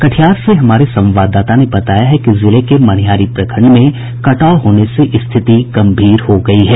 कटिहार से हमारे संवाददाता ने बताया है कि जिले के मनिहारी प्रखंड में कटाव होने से स्थिति गंभीर हो गयी है